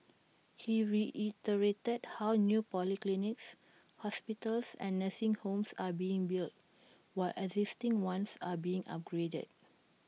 he reiterated how new polyclinics hospitals and nursing homes are being built while existing ones are being upgraded